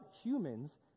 humans